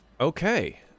okay